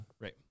Right